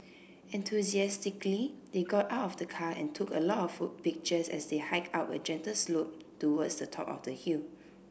enthusiastically they got out of the car and took a lot of pictures as they hiked up a gentle slope towards the top of the hill